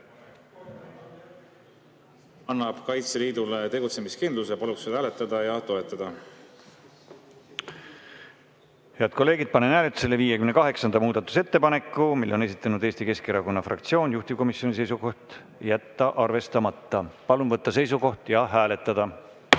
annab Kaitseliidule tegutsemiskindluse. Paluks seda hääletada ja toetada. Head kolleegid, panen hääletusele 58. muudatusettepaneku. Selle on esitanud Eesti Keskerakonna fraktsioon. Juhtivkomisjoni seisukoht on jätta arvestamata. Palun võtta seisukoht ja hääletada!